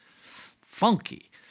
funky